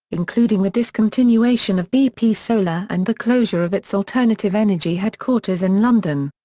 including the discontinuation of bp solar and the closure of its alternative energy headquarters in london.